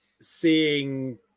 seeing